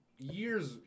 Years